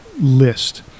list